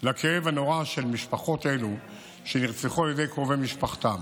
לכאב הנורא של משפחות אלו שנרצחו על ידי קרובי משפחתם,